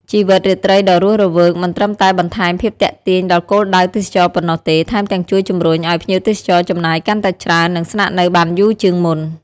ជីវិតរាត្រីដ៏រស់រវើកមិនត្រឹមតែបន្ថែមភាពទាក់ទាញដល់គោលដៅទេសចរណ៍ប៉ុណ្ណោះទេ ថែមទាំងជួយជំរុញឱ្យភ្ញៀវទេសចរចំណាយកាន់តែច្រើន និងស្នាក់នៅបានយូរជាងមុន។